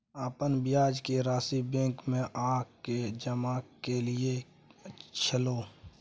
अपन ब्याज के राशि बैंक में आ के जमा कैलियै छलौं?